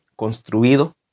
construido